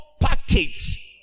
package